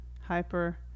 Hyper